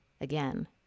again